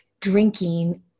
drinking